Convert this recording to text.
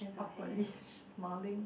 awkwardly smiling